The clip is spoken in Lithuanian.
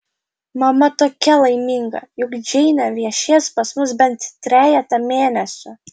mama tokia laiminga juk džeinė viešės pas mus bent trejetą mėnesių